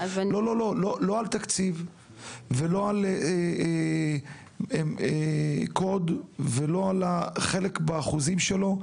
לא על תקציב ולא על קוד ולא על החלק באחוזים שלו,